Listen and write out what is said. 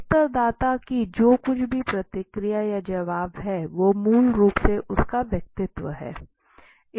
उत्तरदाता की जो कुछ भी प्रतिक्रिया या जवाब है वो मूल रूप से उसका व्यक्तित्व है